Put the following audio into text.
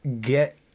get